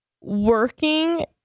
working